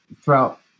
throughout